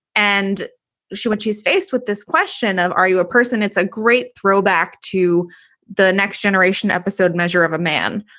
and she when she's faced with this question of, are you a person? it's a great throwback to the next generation episode measure of a man,